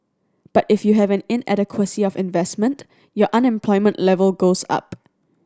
but if you have an inadequacy of investment your unemployment level goes up